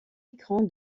écran